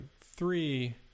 three